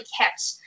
kept